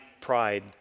pride